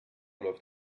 läuft